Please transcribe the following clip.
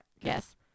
Yes